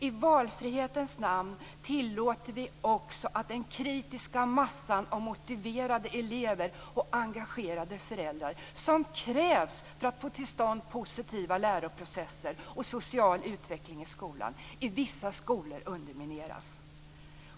I valfrihetens namn tillåter vi också att den kritiska massan av motiverade elever och engagerade föräldrar, som krävs för att få till stånd positiva läroprocesser och social utveckling i skolan, i vissa skolor undermineras.